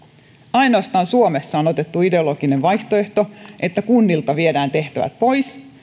ainoastaan suomessa on otettu ideologinen vaihtoehto että kunnilta viedään tehtävät pois